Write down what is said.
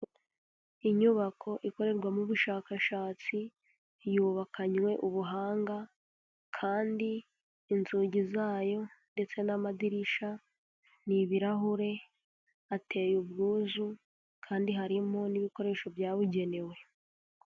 Inyubako ikorerwamo ubushakashatsi yubakanywe ubuhanga, kandi inzugi zayo ndetse n'amadirisha n'ibirahure, ateye ubwuzu, kandi harimo n'ibikoresho byabugenewe.